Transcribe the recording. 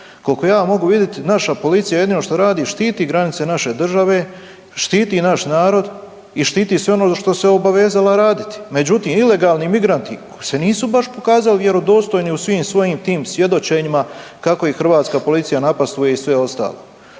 Kolko ja mogu vidjeti, naša policija jedino što radi, štiti granice naše države, štiti naš narod i štiti sve ono za što se obavezala raditi. Međutim, ilegalni migranti koji se nisu baš pokazali vjerodostojni u svim svojim tim svjedočenjima kako ih hrvatska policija napastvuje i sve ostalo.